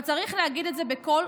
אבל צריך להגיד את זה בקול